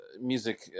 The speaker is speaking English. music